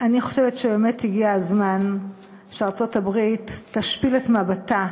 ואני חושבת שבאמת הגיע הזמן שארצות-הברית תשפיל את מבטה,